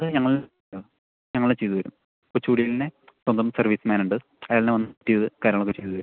അത് ഞങ്ങൾ ഞങ്ങൾ ചെയ്തു തരും കൊച്ചുക്കുടിയിൽ തന്നെ സ്വന്തം സർവ്വീസ് മാനുണ്ട് അയാൾ തന്നെ വന്നു സെറ്റ് ചെയ്ത് കാര്യങ്ങളൊക്കെ ചെയ്തു തരും